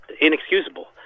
inexcusable